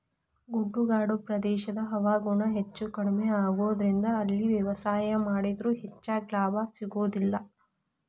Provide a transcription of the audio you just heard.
ಗುಡ್ಡಗಾಡು ಪ್ರದೇಶದ ಹವಾಗುಣ ಹೆಚ್ಚುಕಡಿಮಿ ಆಗೋದರಿಂದ ಅಲ್ಲಿ ವ್ಯವಸಾಯ ಮಾಡಿದ್ರು ಹೆಚ್ಚಗಿ ಲಾಭ ಸಿಗೋದಿಲ್ಲ